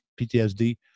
ptsd